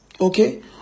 Okay